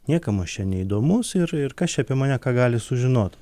niekam aš čia neįdomus ir ir kas čia apie mane ką gali sužinot